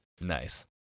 Nice